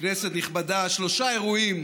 כנסת נכבדה, שלושה אירועים